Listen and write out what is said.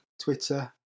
Twitter